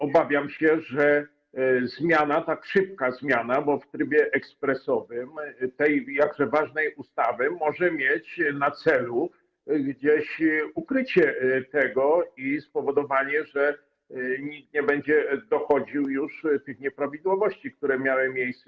Obawiam się, że zmiana, tak szybka zmiana, bo w trybie ekspresowym, tej jakże ważnej ustawy, może mieć na celu ukrycie gdzieś tego i spowodowanie, że nikt nie będzie dochodził już tych nieprawidłowości, które miały miejsce.